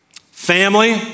family